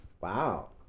wow